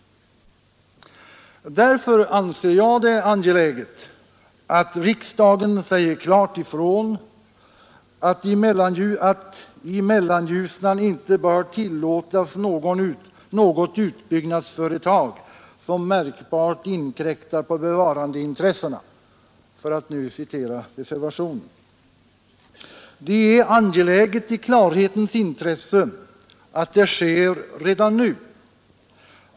Därför anser jag det angeläget att riksdagen klart säger ifrån ”att i Mellanljusnan inte bör tillåtas något utbyggnadsföretag som märkbart inkräktar på bevarandeintressena”, för att du citera reservationen 3. Det är angeläget i klarhetens intresse att det sker redan nu.